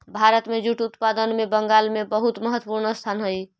भारत के जूट उत्पादन में बंगाल के बहुत महत्त्वपूर्ण स्थान हई